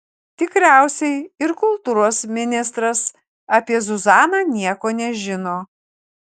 tikriausiai ir kultūros ministras apie zuzaną nieko nežino